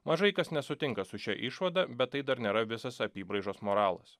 mažai kas nesutinka su šia išvada bet tai dar nėra visas apybraižos moralas